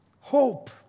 hope